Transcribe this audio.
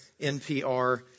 NPR